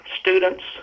students